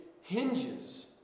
hinges